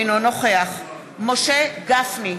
אינו נוכח משה גפני,